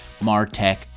MarTech